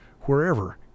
wherever